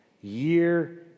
year